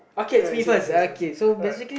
yes yes yes alright